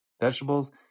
vegetables